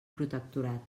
protectorat